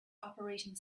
operating